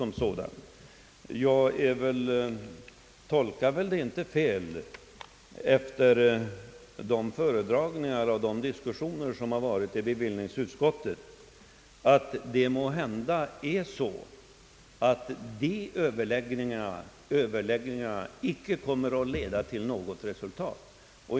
Jag tror inte jag misstolkar situationen efter de föredragningar och diskussioner, som förekommit i bevillningsutskottet, om jag antar att dessa överläggningar icke kommer att leda till något resultat.